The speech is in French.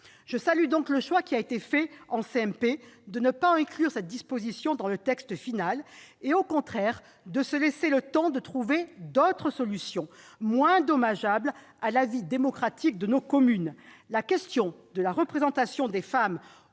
Je salue donc le choix qui a été fait en commission mixte paritaire de ne pas inclure cette disposition dans le texte final, afin de prendre le temps de trouver d'autres solutions, moins dommageables pour la vie démocratique de nos communes. La question de la représentation des femmes